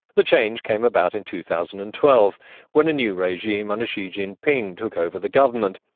the change came about in two thousand and twelve when a new regime under xi jinping took over the government.